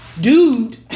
dude